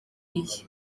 iyi